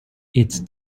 its